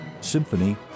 Symphony